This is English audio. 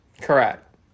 correct